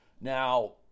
Now